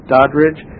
Doddridge